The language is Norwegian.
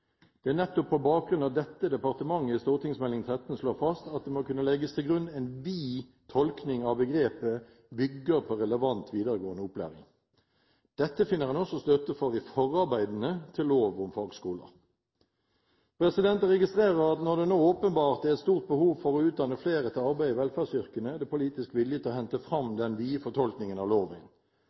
Det er nettopp på bakgrunn av dette departementet i Meld. St. 13 slår fast at det må kunne legges til grunn en vid tolkning av begrepet «relevant videregående opplæring». Dette finner en også støtte for i forarbeidene til lov om fagskoler. Jeg registrerer at når det nå åpenbart er et stort behov for å utdanne flere til arbeid i velferdsyrkene, er det politisk vilje til å hente fram den vide fortolkningen av loven.